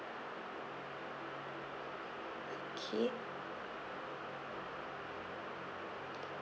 okay